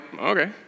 okay